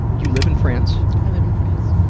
you live in france? i live in france.